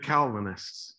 Calvinists